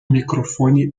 microfone